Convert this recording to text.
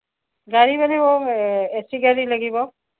গাড়ী লাগিব A C গাড়ী লাগিব